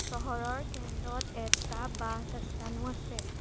চহৰৰ কেন্দ্ৰত এটা বাছ আস্থানো আছে